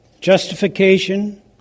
justification